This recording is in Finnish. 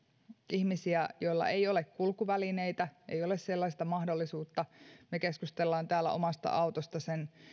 ihmisiä joilla ei ole kulkuvälineitä ei ole sellaista mahdollisuutta me keskustelemme täällä omasta autosta sen